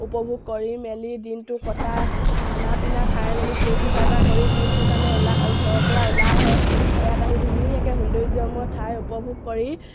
উপভোগ কৰি মেলি দিনটো কটাই খানা পিনা খাই মেলি ফূৰ্তি ফাৰ্তা কৰি দিনটোৰ কাৰণে ওলাই ঘৰৰপৰা ওলাই আহে ইয়াত আহি ধুনীয়াকৈ সৌন্দৰ্যময় ঠাই উপভোগ কৰি